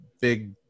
big